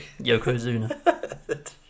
Yokozuna